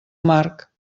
marc